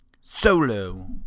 solo